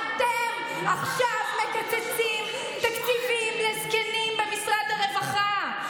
אתם עכשיו מקצצים תקציבים לזקנים במשרד הרווחה.